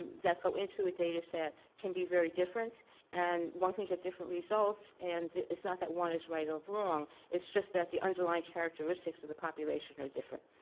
that go so into the data set can be very different and one can get different results and it's not that one is right or wrong it's just that the underline characteristics of the population are different.